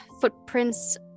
footprints